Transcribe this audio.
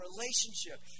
relationship